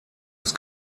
ist